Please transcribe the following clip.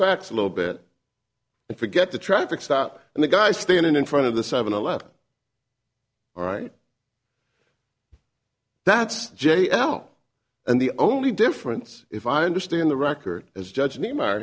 facts a little bit and forget the traffic stop and the guy standing in front of the seven eleven all right that's j l and the only difference if i understand the record as judge